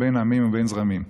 ובין עמים ובין זרמים.